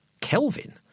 Kelvin